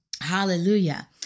Hallelujah